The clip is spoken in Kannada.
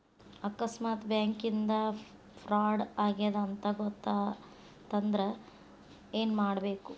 ಆಕಸ್ಮಾತ್ ಬ್ಯಾಂಕಿಂದಾ ಫ್ರಾಡ್ ಆಗೇದ್ ಅಂತ್ ಗೊತಾತಂದ್ರ ಏನ್ಮಾಡ್ಬೇಕು?